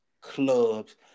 clubs